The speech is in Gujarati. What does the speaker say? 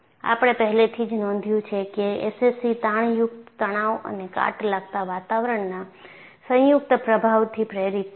આપણે પહેલેથી જ નોંધ્યું છે કે SCC તાણયુક્ત તણાવ અને કાટ લાગતા વાતાવરણના સંયુક્ત પ્રભાવથી પ્રેરિત થાય છે